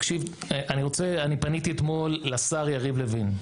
אני פניתי אתמול לשר יריב לוין,